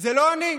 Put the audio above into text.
זה לא אני,